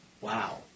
wow